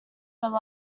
rely